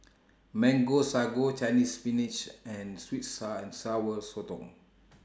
Mango Sago Chinese Spinach and Sweet Sour and Sour Sotong